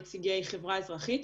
נציגי חברה אזרחית.